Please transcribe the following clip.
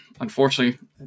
unfortunately